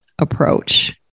approach